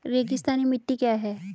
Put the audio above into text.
रेगिस्तानी मिट्टी क्या है?